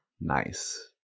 Nice